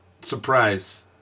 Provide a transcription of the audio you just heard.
surprise